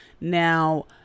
Now